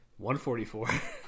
144